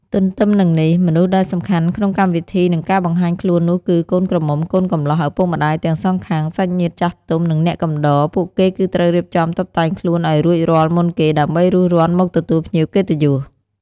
ទន្ទឹមនឹងនេះ មនុស្សដែលសំខាន់ក្នុងកម្មវិធីនិងការបង្ហាញខ្លួននោះគឺ កូនក្រមុំកូនកំលោះ ឪពុកម្តាយទាំងសងខាង សាច់ញាតិចាស់ទុំ និងអ្នកកំដរ ពួកគេគឺត្រូវរៀបចំតុបតែងខ្លួនឲ្យរួចរាល់មុនគេដើម្បីរួសរាន់មកទទួលភ្ញៀវកិត្តិយស។